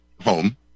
home